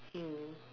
mm